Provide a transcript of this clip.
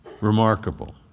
Remarkable